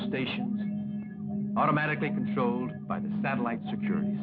station automatically controlled by the satellite secur